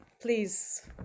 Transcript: Please